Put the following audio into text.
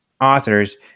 authors